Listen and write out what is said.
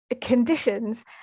conditions